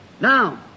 Now